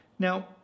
Now